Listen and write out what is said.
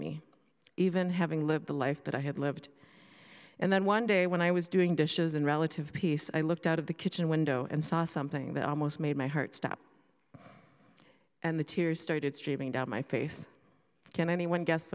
me even having lived the life that i had lived and then one day when i was doing dishes in relative peace i looked out of the kitchen window and saw something that almost made my heart stop and the tears started streaming down my face can anyone guess